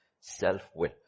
self-will